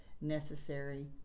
necessary